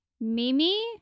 Mimi